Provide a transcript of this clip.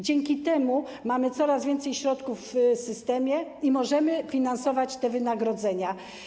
Dzięki niemu mamy coraz więcej środków w systemie i możemy finansować te wynagrodzenia.